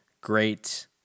Great